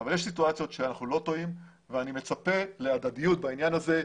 אבל יש סיטואציות שאנחנו לא טועים ואני מצפה להדדיות בעניין הזה.